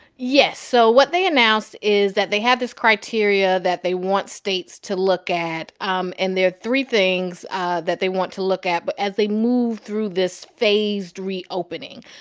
yeah. so what they announced is that they have this criteria that they want states to look at, um and there are three things ah that they want to look at as they move through this phased reopening.